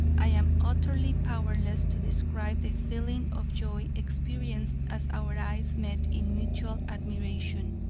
i am utterly powerless to describe the feeling of joy experienced as our eyes met in mutual admiration.